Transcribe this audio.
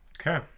Okay